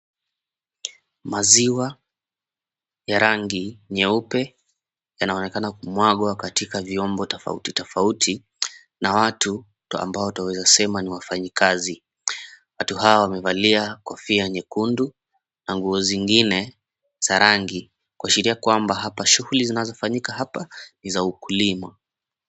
Maziwa ya rangi nyeupe yanaonekana kumwagwa katika vyombo tofauti tofauti na watu ambao twaweza sema ni wafanyikazi. Watu hawa wamevalia kofia nyekundu na nguo zingine za rangi kuashiria kwamba hapa shughuli zinazofanyika hapa ni za ukulima.